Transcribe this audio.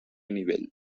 nivell